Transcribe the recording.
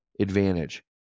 advantage